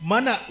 Mana